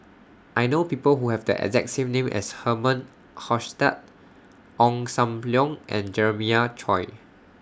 I know People Who Have The exact same name as Herman Hochstadt Ong SAM Leong and Jeremiah Choy